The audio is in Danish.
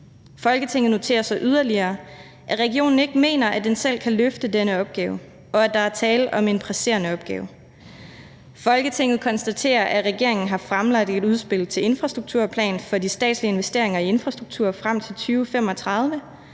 Folketinget noterer sig yderligere, at regionen ikke mener, at den selv kan løfte denne opgave, og at der er tale om en presserende opgave. Folketinget konstaterer, at regeringen har fremlagt et udspil til infrastrukturplan for de statslige investeringer i infrastruktur frem til 2035,